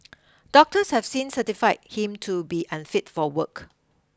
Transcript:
doctors have since certified him to be unfit for work